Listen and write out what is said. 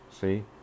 See